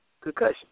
concussion